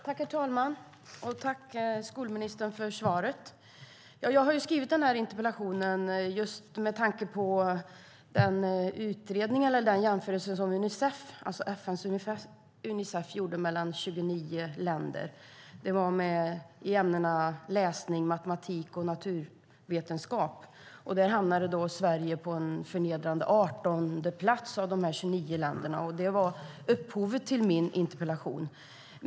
Herr talman! Tack, skolministern, för svaret! Jag har skrivit den här interpellationen just med tanke på den jämförelse som Unicef, alltså FN:s Unicef, gjorde mellan 29 länder. Det var i ämnena läsning, matematik och naturvetenskap. Där hamnade Sverige på en förnedrande 18:e plats bland de här 29 länderna. Det var upphovet till min interpellation.